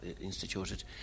instituted